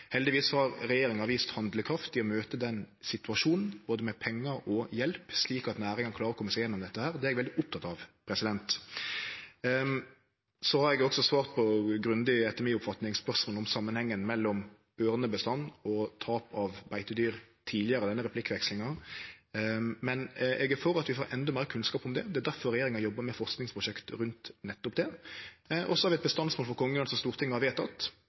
Heldigvis har regjeringa vist handlekraft i å møte den situasjonen, både med pengar og hjelp, slik at næringa klarer å kome seg gjennom dette. Det er eg veldig oppteken av. Så har eg også svart på – grundig, etter mi oppfatning – spørsmål om samanhengen mellom ørnebestand og tap av beitedyr tidlegare i denne replikkvekslinga. Men eg er for at vi får endå meir kunnskap om det. Det er difor regjeringa jobbar med forskingsprosjekt rundt nettopp det. Vi har eit bestandsmål for kongeørn som Stortinget har